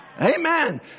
Amen